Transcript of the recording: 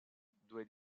due